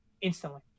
instantly